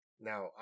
Now